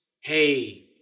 Hey